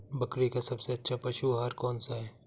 बकरी का सबसे अच्छा पशु आहार कौन सा है?